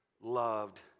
loved